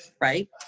right